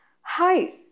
Hi